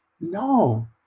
No